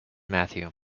matthew